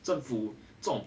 政府这种